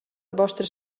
vostra